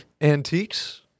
Antiques